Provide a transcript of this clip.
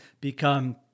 become